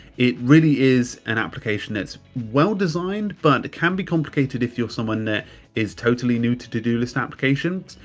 it really is an application that's well-designed but it can be complicated if you're someone that is totally new to to-do list applications.